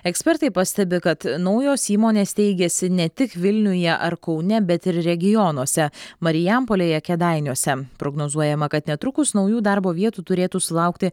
ekspertai pastebi kad naujos įmonės steigiasi ne tik vilniuje ar kaune bet ir regionuose marijampolėje kėdainiuose prognozuojama kad netrukus naujų darbo vietų turėtų sulaukti